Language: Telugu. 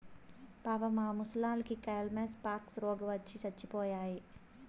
పాపం ఆ మొసల్లకి కైమస్ పాక్స్ రోగవచ్చి సచ్చిపోయాయి